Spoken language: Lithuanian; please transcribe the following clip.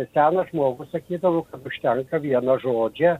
senas žmogus sakydavo kad užtenka vieno žodžio